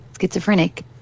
schizophrenic